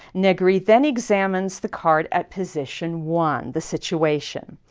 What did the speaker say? negri then examines the card at position one the situation.